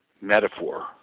metaphor